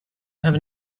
have